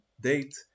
date